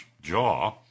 jaw